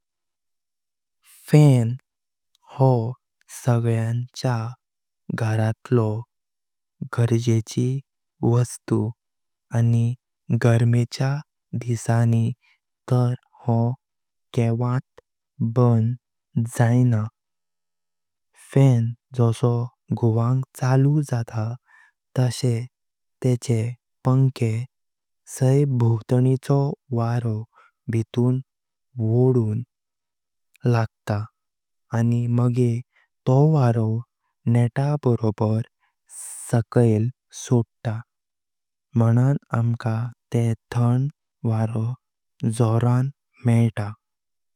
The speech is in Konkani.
फान हो सगळ्यांचा घरातलो गरजेची वस्तू आणी गर्मेचा दिसानी तर हो केवत बंद जायना। फान जसॊ घुंवग चालू जाता तशे तेचे पंके सायभोव्ताणिचो वारॊ भीतुन व्हडुंग लागतां आणी मागे तो वारॊ नेता बरोबर सकाळ सॊडता, म्हणां आम्का तेह थंड वारॆ जोरान मेलता।